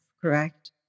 correct